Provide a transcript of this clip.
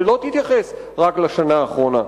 שלא תתייחס רק לשנה האחרונה.